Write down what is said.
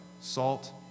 salt